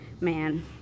man